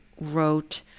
wrote